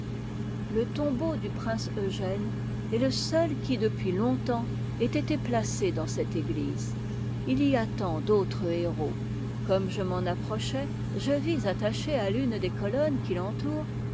le tombeau du prince eugène est le seul qui depuis longtemps ait été placé dans cette église il y attend d'autres héros comme je m'en approchais je vis attaché à l'une des colonnes qui l'entourent